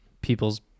people's